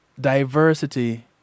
diversity